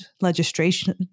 legislation